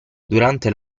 durante